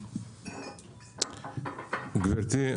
גברתי,